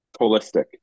Holistic